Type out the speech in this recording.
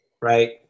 right